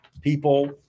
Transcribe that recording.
people